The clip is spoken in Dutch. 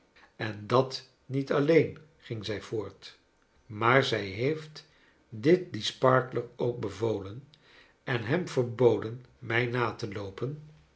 en dat niet alleen ging zij voort maar zij heeft dit dien sparkler ook bevolen en hem verboden mrj na te loopen